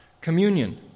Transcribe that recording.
Communion